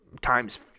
times